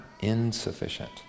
insufficient